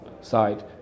side